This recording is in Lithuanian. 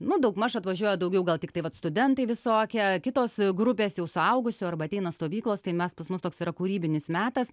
nu daugmaž atvažiuoja daugiau gal tiktai vat studentai visokie kitos grupės jau suaugusių arba ateina stovyklos tai mes pas mus toks yra kūrybinis metas